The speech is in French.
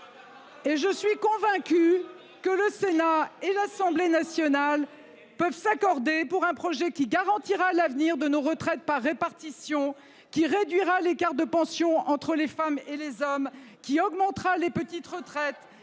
Et je suis convaincu que le Sénat et l'Assemblée nationale peuvent s'accorder pour un projet qui garantira l'avenir de nos retraites par répartition qui réduira l'écart de pension entre les femmes et les hommes qui augmentera les petites retraites